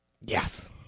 Yes